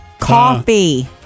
coffee